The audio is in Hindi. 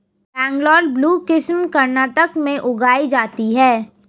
बंगलौर ब्लू किस्म कर्नाटक में उगाई जाती है